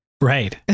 Right